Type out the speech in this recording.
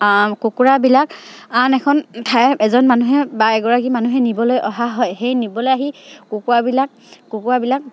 কুকুৰাবিলাক আন এখন ঠাই এজন মানুহে বা এগৰাকী মানুহে নিবলৈ অহা হয় সেই নিবলৈ আহি কুকৰাবিলাক কুকুৰাবিলাক